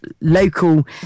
local